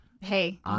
hey